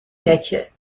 مکه